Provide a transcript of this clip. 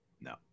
No